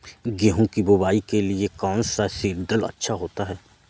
गेहूँ की बुवाई के लिए कौन सा सीद्रिल अच्छा होता है?